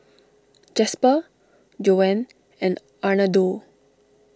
Jasper Joan and Arnoldo